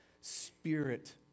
spirit